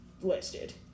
listed